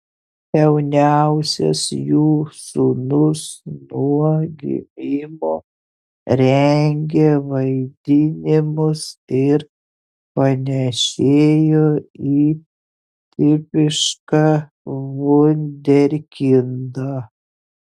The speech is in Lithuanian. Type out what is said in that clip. jauniausias jų sūnus nuo gimimo rengė vaidinimus ir panėšėjo į tipišką vunderkindą